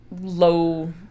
low